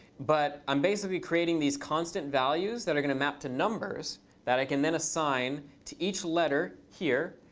but i'm basically creating these constant values that are going to map to numbers that i can then assign to each letter here.